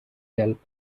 جلب